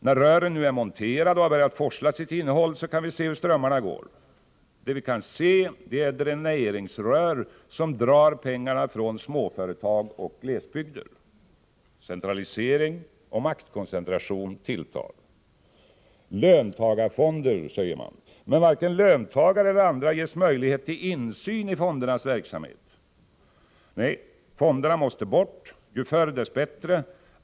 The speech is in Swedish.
När rören nu är monterade och har börjat forsla sitt innehåll kan vi se hur strömmarna går. Det vi kan se är dräneringsrör som drar pengar från småföretag och glesbygder. Centralisering och maktkoncentration tilltar. Löntagarfonder, säger man — men varken löntagare eller andra ges möjlighet till insyn i fondernas verksamhet. Nej, fonderna måste bort. Ju förr dess bättre.